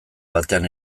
batean